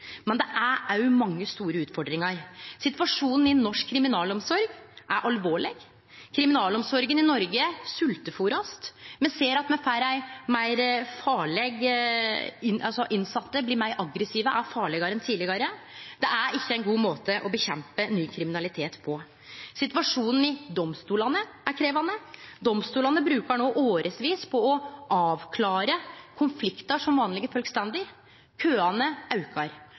men det er òg mange store utfordringar. Situasjonen i norsk kriminalomsorg er alvorleg. Kriminalomsorga i Noreg blir sveltefôra, dei innsette er meir aggressive og farlegare enn tidlegare, og det er ikkje ein god måte å kjempe mot ny kriminalitet på. Situasjonen i domstolane er krevjande. Domstolane bruker no årevis på å avklare konfliktar som vanlege folk står i, køane aukar,